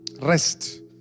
Rest